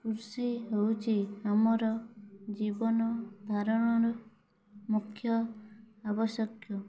କୃଷି ହେଉଛି ଆମର ଜୀବନ ଧାରଣର ମୁଖ୍ୟ ଆବଶ୍ୟକ